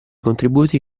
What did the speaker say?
contributi